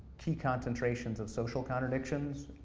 key concentrations of social contradictions,